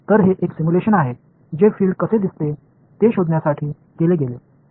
तर हे एक सिमुलेशन आहे जे फिल्ड कसे दिसते ते शोधण्यासाठी केले गेले